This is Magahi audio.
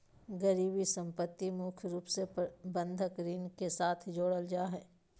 गिरबी सम्पत्ति मुख्य रूप से बंधक ऋण के साथ जोडल जा हय